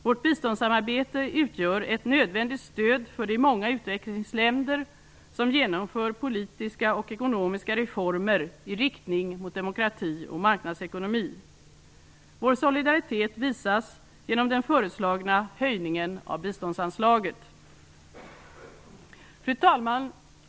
Vårt biståndssamarbete utgör ett nödvändigt stöd för de många utvecklingsländer som genomför politiska och ekonomiska reformer i riktning mot demokrati och marknadsekonomi. Vår solidaritet visas genom den föreslagna höjningen av biståndsanslaget. Fru talman!